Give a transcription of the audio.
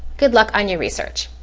good luck on your research.